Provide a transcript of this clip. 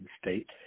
state